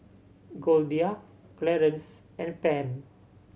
Goldia Clarence and Pam